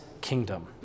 kingdom